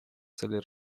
цели